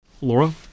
Laura